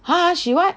!huh! !huh! she what